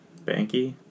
Banky